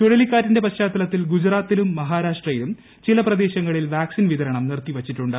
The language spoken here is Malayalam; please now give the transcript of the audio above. ചുഴലിക്കാറ്റിന്റെ പശ്ചാത്തലത്തിൽ ഗുജറാത്തിലും മഹാരാഷ്ട്രയിലും ചില പ്രദേശങ്ങളിൽ വാക്സിൻ വിതരണം നിർത്തിവച്ചിട്ടുണ്ട്